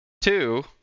Two